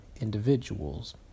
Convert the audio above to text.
individuals